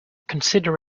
consider